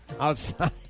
outside